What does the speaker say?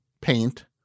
paint